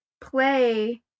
play